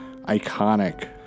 iconic